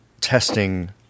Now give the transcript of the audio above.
testing